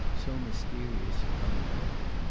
so mysterious and unwonted,